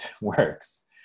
works